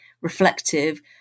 reflective